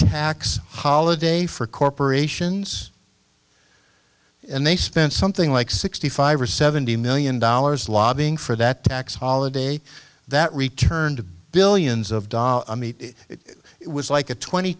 tax holiday for corporations and they spent something like sixty five or seventy million dollars lobbying for that tax holiday that returned billions of dollars i mean it was like a twenty